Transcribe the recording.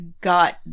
got